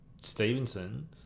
Stevenson